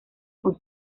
con